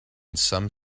some